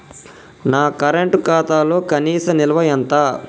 నా కరెంట్ ఖాతాలో కనీస నిల్వ ఎంత?